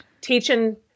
teaching